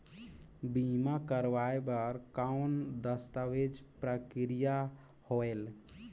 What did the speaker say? बीमा करवाय बार कौन दस्तावेज प्रक्रिया होएल?